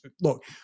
Look